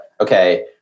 okay